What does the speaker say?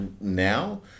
now